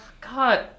God